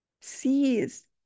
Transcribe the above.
sees